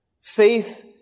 Faith